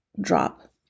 drop